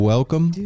Welcome